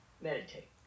meditate